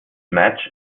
match